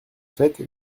faite